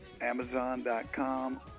amazon.com